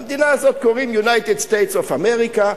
למדינה הזאת קוראים United States of America,